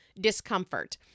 discomfort